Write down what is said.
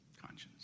Conscience